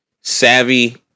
savvy